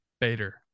Bader